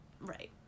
Right